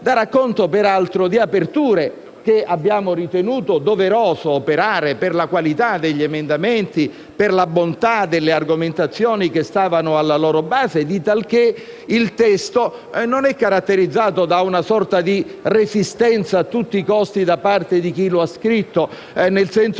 daranno conto peraltro di aperture che abbiamo ritenuto doveroso operare per la qualità degli emendamenti e per la bontà delle argomentazioni che stavano alla loro base; di talché il testo non è caratterizzato da una sorta di resistenza a tutti costi da parte di chi lo ha scritto, nel senso